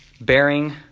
Bearing